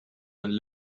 een